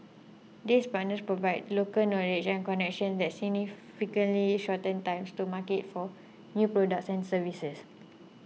these partners provide local knowledge and connections that significantly shorten times to market for new products and services